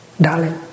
darling